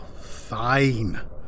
Fine